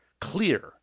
Clear